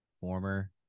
former